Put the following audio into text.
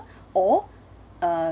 or uh